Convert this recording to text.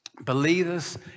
Believers